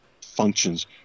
functions